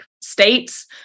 states